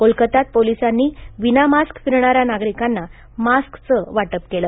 कोलकत्यात पोलिसांनी विना मास्क फिरणाऱ्या नागरिकांना मास्कचं वाटप केलं